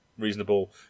Reasonable